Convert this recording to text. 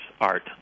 art